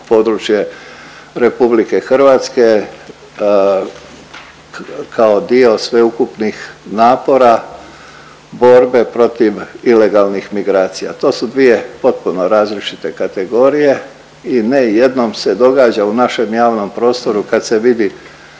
područje RH, kao dio sveukupnih napora, borbe protiv ilegalnih migracija. To su dvije potpuno različite kategorije i ne jednom se događa u našem javnom prostoru, kad se vidi